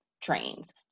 trains